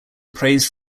praised